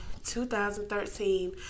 2013